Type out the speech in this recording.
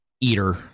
eater